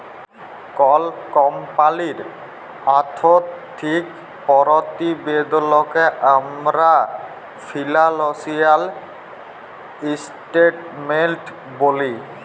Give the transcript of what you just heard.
call কমপালির আথ্থিক পরতিবেদলকে আমরা ফিলালসিয়াল ইসটেটমেলট ব্যলি